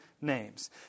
names